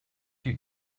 you